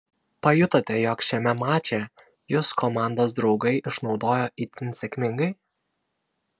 pajutote jog šiame mače jus komandos draugai išnaudojo itin sėkmingai